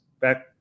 back